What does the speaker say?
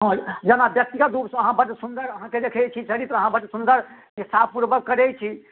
हँ जेना व्यक्तिगत रूपसँ अहाँ बड्ड सुन्दर अहाँकेँ देखैत छी चरित्र अहाँ बड्ड सुन्दर उत्साह पूर्वक करैत छी